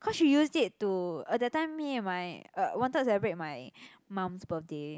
cause she used it to uh that time me and my uh wanted to celebrate my mum's birthday